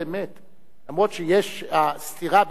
למרות העובדה שיש סתירה בין אמת ויציב,